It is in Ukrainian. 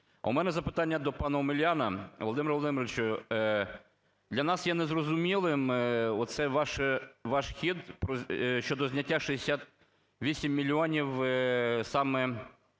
в мене запитання до пана Омеляна. Володимире Володимировичу, для нас є незрозумілим оцей ваш хід щодо зняття 68 мільйонів саме